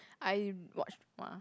I watch mah